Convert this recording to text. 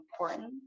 important